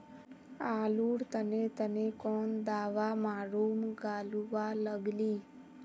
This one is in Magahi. आलूर तने तने कौन दावा मारूम गालुवा लगली?